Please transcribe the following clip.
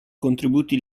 contributi